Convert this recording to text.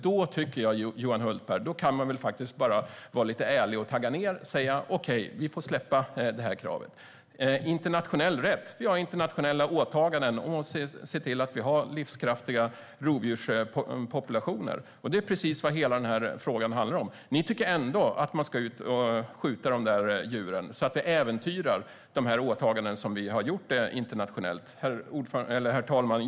Då tycker jag att Johan Hultberg kan vara lite ärlig, tagga ned och säga: Okej, vi får släppa det här kravet. Vi har internationella åtaganden att se till att vi har livskraftiga rovdjurspopulationer, och det är precis vad hela den här frågan handlar om. Ni tycker ändå att man ska få gå ut och skjuta de där djuren så att det äventyrar våra internationella åtaganden. Herr talman!